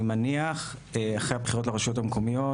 אחרי הבחירות לרשויות המקומיות.